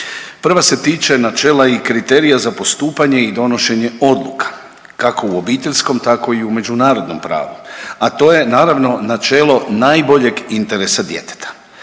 Prva se tiče načela i kriterija za postupanje i donošenja odluka, kako u obiteljskom, tako i u međunarodnom pravu, a to je naravno, načelo najboljeg interesa djeteta.